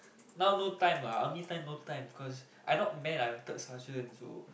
now no time lah army time no time I not man I'm third sergeant so